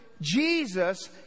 Jesus